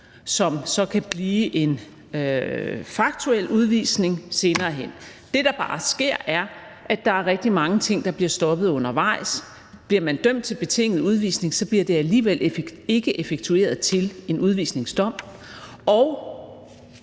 som så kan blive en faktuel udvisning senere hen. Det, der bare sker, er, at der er rigtig mange ting, der bliver stoppet undervejs. Bliver man dømt til betinget udvisning, bliver det alligevel ikke effektueret til en udvisningsdom. Og